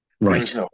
Right